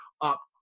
up